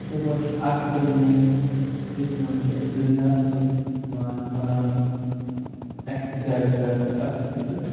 اَتھےٕ پٲٹھی چھُ اَکترٛہ مے یُس یِوان چھُ دُنیاہَس منٛز مہ مَناونہٕ احتِجاج کِرنہٕ کَتھ خٲطرٕ